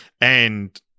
And-